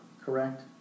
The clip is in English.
correct